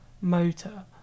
motor